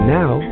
now